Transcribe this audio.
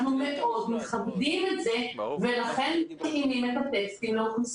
אנחנו מאוד מכבדים את זה ולכן מתאימים את הטקסטים לאוכלוסייה.